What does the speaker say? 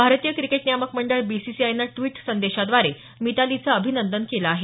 भारतीय क्रिकेट नियामक मंडळ बीसीआयनं ड्विट संदेशाद्वारे मितालीचं अभिनंदन केलं आहे